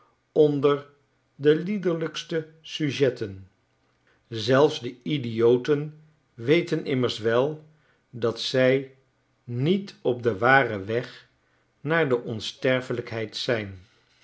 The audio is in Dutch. onder de liederlijkste sujetten zelfs de idioten weten immers wel dat z ij niet op den waren weg naar de onsterfelijkheid zijn